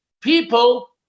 people